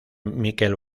miquel